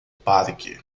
parque